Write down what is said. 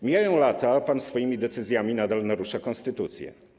Mijają lata, a pan swoimi decyzjami nadal narusza konstytucję.